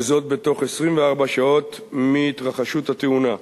וזאת בתוך 24 שעות מהתרחשות התאונה.